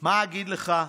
מה אגיד לך,